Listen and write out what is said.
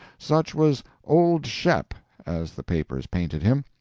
such was old shep as the papers painted him.